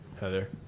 Heather